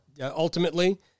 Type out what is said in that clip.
ultimately